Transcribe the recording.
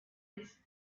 its